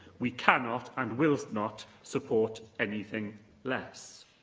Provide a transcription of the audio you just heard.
we cannot and will not support anything less.